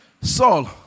Saul